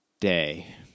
day